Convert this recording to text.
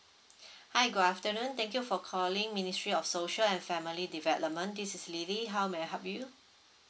hi good afternoon thank you for calling ministry of social and family development this is lily how may I help you